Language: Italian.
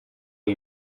che